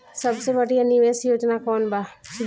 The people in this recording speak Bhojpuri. सबसे बढ़िया निवेश योजना कौन बा?